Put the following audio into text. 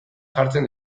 jartzen